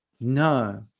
No